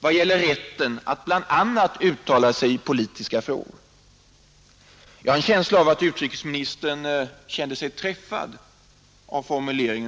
vad beträffar rätten att bl.a. uttala sig i politiska frågor. Jag har en känsla av att utrikesministern kände sig träffad av min formulering.